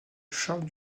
charles